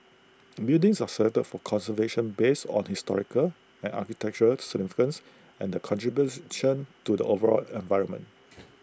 buildings are selected for conservation based on historical and architectural significance and the contributes to the overall environment